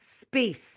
space